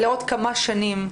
לעוד כמה שנים,